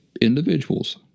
individuals